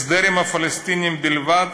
הסדר עם הפלסטינים בלבד,